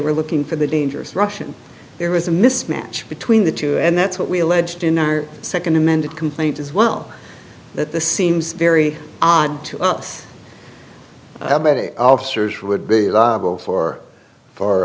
were looking for the dangerous russian there was a mismatch between the two and that's what we alleged in our second amended complaint as well that the seems very odd to us officers who would be liable for for